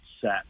set